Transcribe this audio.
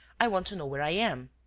i want to know where i am.